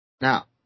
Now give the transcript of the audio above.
Now